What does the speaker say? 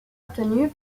obtenus